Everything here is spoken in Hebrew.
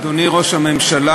אדוני ראש הממשלה,